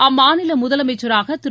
அம்மாநில முதலமைச்சராக திரு